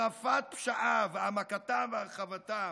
החרפת פשעיו, העמקתם והרחבתם,